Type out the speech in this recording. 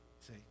see